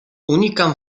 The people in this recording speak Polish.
unikam